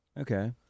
Okay